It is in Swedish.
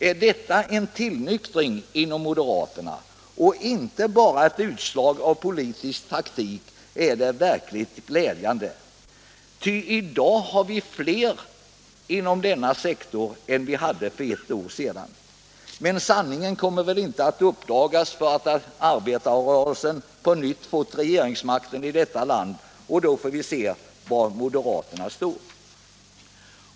Om detta är uttryck för en tillnyktring bland moderaterna och inte bara ett utslag av politisk taktik är det verkligen glädjande, ty i dag har vi fler människor inom denna sektor än vi hade för ett år sedan. Men sanningen kommer väl inte att uppdagas förrän arbetarrörelsen på nytt fått regeringsmakten i detta land, och då får vi se var moderaterna står.